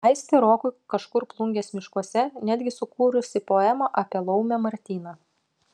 aistė rokui kažkur plungės miškuose netgi sukūrusi poemą apie laumę martyną